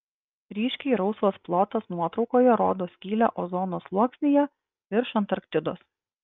ryškiai rausvas plotas nuotraukoje rodo skylę ozono sluoksnyje virš antarktidos